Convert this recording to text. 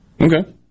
Okay